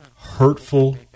hurtful